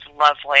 lovely